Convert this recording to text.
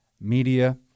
media